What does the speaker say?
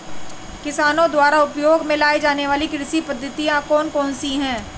किसानों द्वारा उपयोग में लाई जाने वाली कृषि पद्धतियाँ कौन कौन सी हैं?